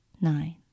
nine